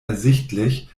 ersichtlich